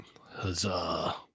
huzzah